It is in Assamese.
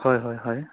হয় হয় হয়